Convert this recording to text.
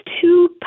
two